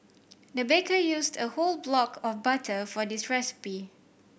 the baker used a whole block of butter for this recipe